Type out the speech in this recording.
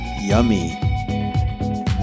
yummy